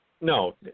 No